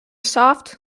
soft